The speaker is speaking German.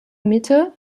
mitte